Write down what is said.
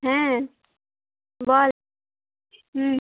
হ্যাঁ বল হুম